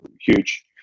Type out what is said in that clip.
Huge